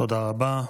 תודה רבה.